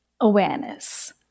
awareness